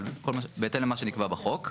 אבל בהתאם למה שנקבע בחוק.